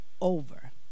over